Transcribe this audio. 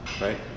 right